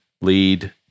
lead